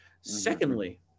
Secondly